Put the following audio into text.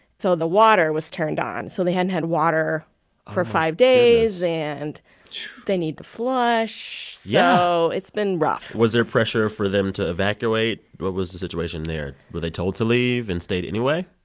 so the water was turned on. so they hadn't had water for five days, and they need to flush yeah so it's been rough was there pressure for them to evacuate? what was the situation there? were they told to leave and stayed anyway?